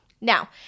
Now